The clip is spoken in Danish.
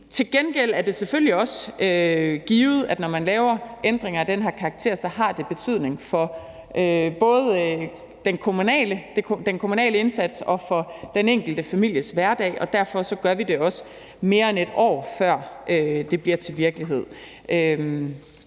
Til gengæld er det selvfølgelig også givet, at når man laver ændringer af den her karakter, så har det betydning for både den kommunale indsats og den enkelte families hverdag. Derfor gør vi det også, mere end et år før det bliver til virkelighed.